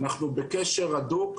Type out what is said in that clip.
אנחנו בקשר הדוק.